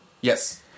Yes